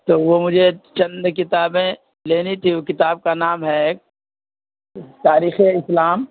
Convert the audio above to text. تو وہ مجھے چند کتابیں لینی تھیں وہ کتاب کا نام ہے ایک تاریخ اسلام